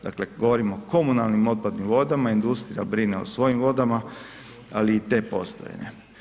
Dakle, govorim o komunalnim otpadnim vodama, industrija brine o svojim vodama, ali i to postoje, ne?